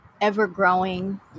ever-growing